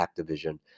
Activision